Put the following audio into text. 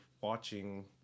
watching